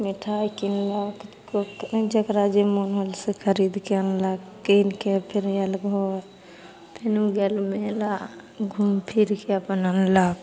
मिठाइ किनलक को जकरा जे मोन होलसे खरिदके अनलक किनिके फेर आएल घर फेनू गेल मेला घुमिफिरिके अपन आनलक